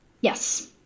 Yes